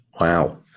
Wow